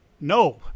No